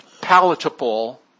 palatable